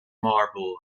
marble